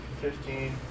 fifteen